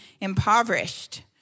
impoverished